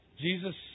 Jesus